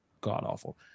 god-awful